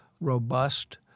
robust